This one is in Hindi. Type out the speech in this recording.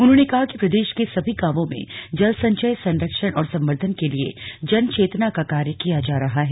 उन्होंने कहा कि प्रदेश के सभी गांवों में जल संचय संरक्षण और संवर्द्धन के लिए जन चेतना का कार्य किया जा रहा है